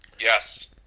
Yes